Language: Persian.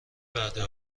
وعده